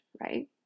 right